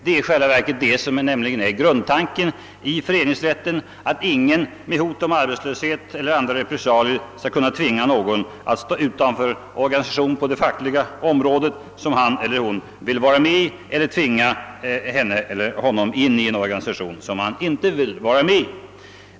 Det är i själva verket det som är grundtanken i föreningsrätten, att ingen med hot om arbetslöshet eller andra repressalier skall kunna tvingas att stå utanför en organisation på det fackligaområdet, som han eller hon vill vara med i, eller att tvinga någon in i en organisation som vederbörande inte vill tillhöra.